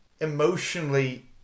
emotionally